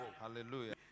Hallelujah